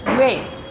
द्वे